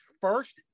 first